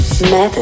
M-E-T-H-O-D